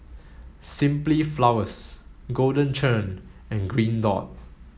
Simply Flowers Golden Churn and Green dot